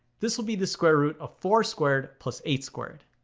this will be the square root of four squared plus eight squared.